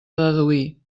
deduir